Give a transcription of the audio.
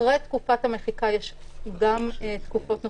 אחרי תקופת המחיקה יש גם תקופות נוספות.